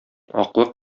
аклы